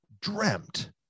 dreamt